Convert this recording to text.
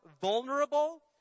vulnerable